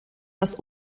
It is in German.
das